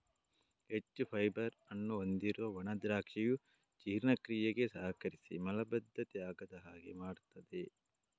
ಹೆಚ್ಚು ಫೈಬರ್ ಅನ್ನು ಹೊಂದಿರುವ ಒಣ ದ್ರಾಕ್ಷಿಯು ಜೀರ್ಣಕ್ರಿಯೆಗೆ ಸಹಕರಿಸಿ ಮಲಬದ್ಧತೆ ಆಗದ ಹಾಗೆ ಮಾಡ್ತದೆ